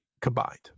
combined